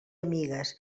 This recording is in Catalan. amigues